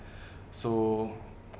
so